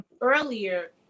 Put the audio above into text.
Earlier